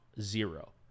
zero